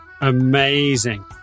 Amazing